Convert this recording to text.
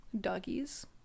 doggies